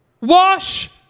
wash